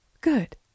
Good